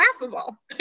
laughable